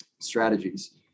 strategies